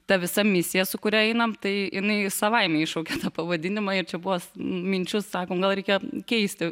ta visa misija su kuria einam tai jinai savaime iššaukia tą pavadinimą ir čia buvo minčių sakom gal reikia keisti